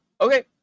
okay